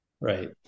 Right